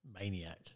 Maniac